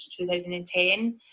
2010